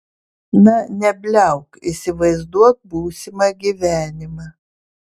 na nebliauk įsivaizduok būsimą gyvenimą